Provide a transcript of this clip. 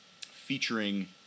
featuring